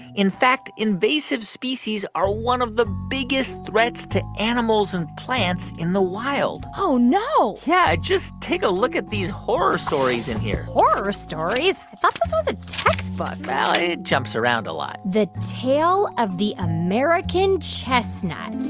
in fact, invasive species are one of the biggest threats to animals and plants in the wild oh, no yeah. just take a look at these horror stories in here horror stories? i thought this was a textbook well, it jumps around a lot the tale of the american chestnut.